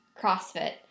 CrossFit